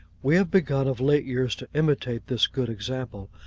we have begun of late years to imitate this good example.